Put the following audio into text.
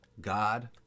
God